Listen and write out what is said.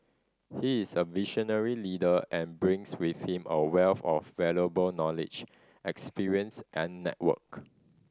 he is a visionary leader and brings with him a wealth of valuable knowledge experience and network